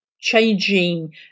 changing